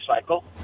cycle